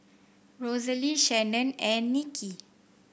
Rosalee Shannon and Nikki